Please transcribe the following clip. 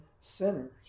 sinners